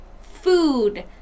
food